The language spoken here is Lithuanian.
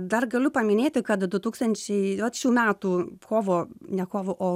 dar galiu paminėti kad du tūkstančiai vat šių metų kovo ne kovo o